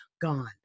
gone